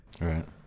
Right